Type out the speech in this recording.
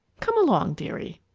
come along, dearie!